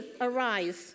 arise